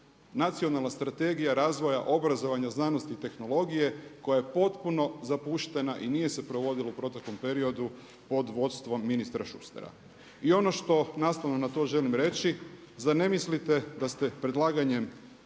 nacionalna strategija razvoja obrazovanja, znanosti i tehnologije koja je potpuno zapuštena i nije se provodilo u proteklom periodu pod vodstvom ministra Šustera. I ono što nastavno na to želim reći zar ne mislite da ste predlaganjem